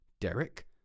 Derek